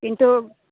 किन्तु